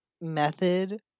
method